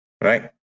right